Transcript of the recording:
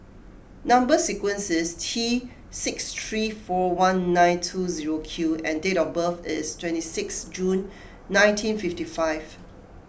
Number Sequence is T six three four one nine two zero Q and date of birth is twenty sixth June nineteen fifty five